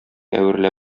әверелә